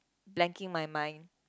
blanking my mind